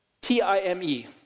T-I-M-E